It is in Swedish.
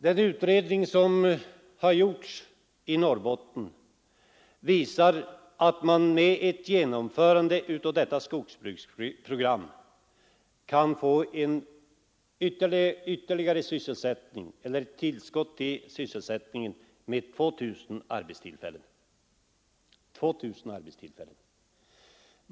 Den utredning som har gjorts i Norrbotten visar att man med ett genomförande av skogsbruksprogrammet kan få ett ytterligare tillskott till sysselsättningen med 2 000 arbetstillfällen.